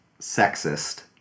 sexist